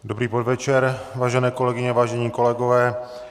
Dobrý podvečer, vážené kolegyně, vážení kolegové.